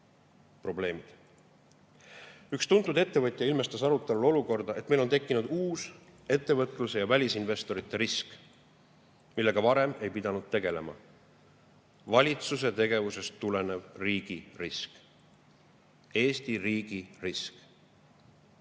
Üks tuntud ettevõtja ilmestas arutelul olukorda [sõnadega], et meil on tekkinud uus ettevõtluse ja välisinvestorite risk, millega varem ei pidanud tegelema: valitsuse tegevusest tulenev riigi risk. Eesti riigi risk.